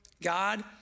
God